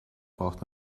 braucht